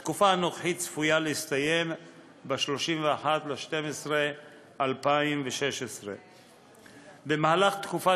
סיום התקופה הנוכחית צפוי ב-31 בדצמבר 2016. בתקופת